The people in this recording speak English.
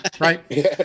Right